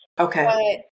Okay